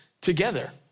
together